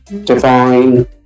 divine